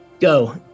go